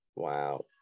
Wow